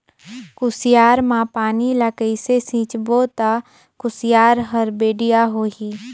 कुसियार मा पानी ला कइसे सिंचबो ता कुसियार हर बेडिया होही?